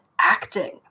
acting